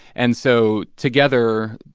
and so together,